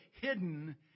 hidden